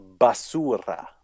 basura